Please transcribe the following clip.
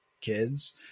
kids